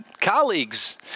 colleagues